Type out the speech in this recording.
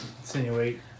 insinuate